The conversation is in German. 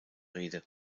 rede